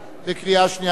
בקריאה שנייה ושלישית.